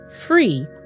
free